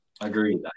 Agreed